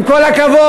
עם כל הכבוד,